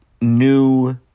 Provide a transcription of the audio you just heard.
new